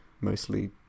Mostly